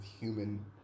human